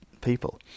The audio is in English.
people